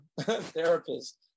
therapist